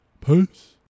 Peace